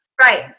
Right